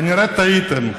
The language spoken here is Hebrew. כנראה טעיתם.